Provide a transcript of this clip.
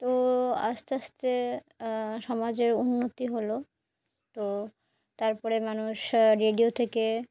তো আস্তে আস্তে সমাজের উন্নতি হলো তো তার পরে মানুষ রেডিও থেকে